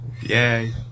Yay